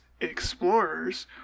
explorers